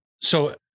So-